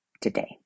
today